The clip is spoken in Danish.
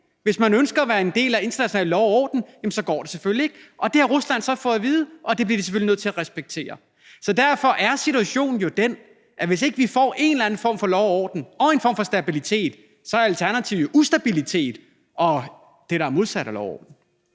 hvis man ønsker at være en del af international lov og orden, går den selvfølgelig ikke. Det har Rusland så fået at vide, og det bliver de selvfølgelig nødt til at respektere. Så derfor er situationen jo den, at hvis ikke vi får en eller anden form for lov og orden og en form for stabilitet, er alternativet ustabilitet og det, der er det modsatte af lov og orden.